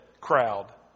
crowd